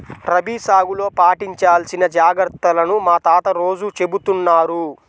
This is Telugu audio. రబీ సాగులో పాటించాల్సిన జాగర్తలను మా తాత రోజూ చెబుతున్నారు